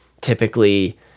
typically